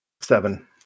Seven